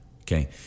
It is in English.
Okay